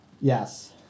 yes